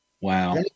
Wow